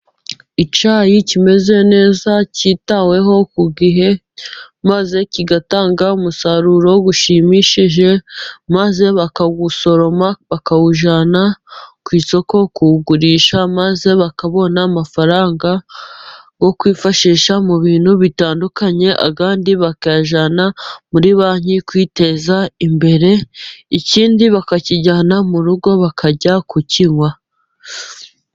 Icyayi kimeze neza cyitaweho ku gihe, maze kigatanga umusaruro ushimishije, maze bakawusoroma bakawujyana ku isoko, bakawugurisha maze bakabona amafaranga yokwifashisha mu bintu bitandukanye, bakayajyana muri banki kwiteza imbere, ikindi bakakijyana mu rugo bakajya kukinywa.